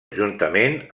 juntament